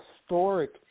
historic